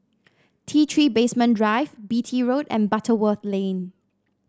T Three Basement Drive Beatty Road and Butterworth Lane